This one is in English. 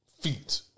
Feet